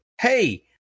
hey